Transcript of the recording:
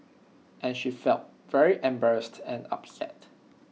and she felt very embarrassed and upset